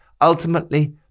Ultimately